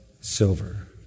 silver